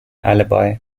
alibi